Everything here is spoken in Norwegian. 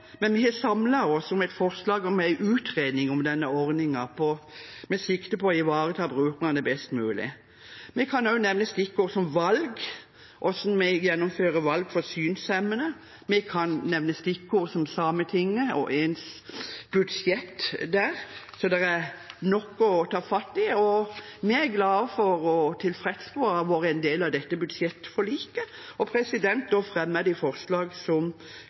men vi har samlet oss om et forslag om en utredning av denne ordningen med sikte på å ivareta brukerne best mulig. Vi kan også nevne stikkordet «valg» og hvordan vi gjennomfører valg for synshemmede. Vi kan nevne stikkordet «Sametinget» og budsjettet der. Det er nok å ta fatt i. Vi er glade for og tilfredse med å ha vært en del av dette budsjettforliket. Det blir replikkordskifte. Kristelig Folkeparti er i utgangspunktet et parti som har et stort og